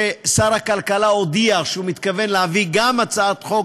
ששר הכלכלה הודיע שהוא מתכוון להביא גם הצעת חוק,